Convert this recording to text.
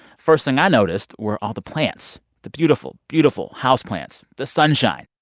first thing i noticed were all the plants the beautiful, beautiful house plants, the sunshine.